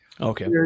Okay